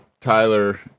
Tyler